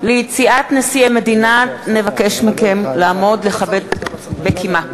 ליציאת נשיא המדינה, נבקש מכם לעמוד, לכבד בקימה.